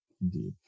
Indeed